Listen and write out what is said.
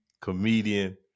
comedian